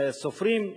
סופרים,